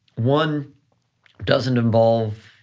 one doesn't involve,